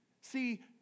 See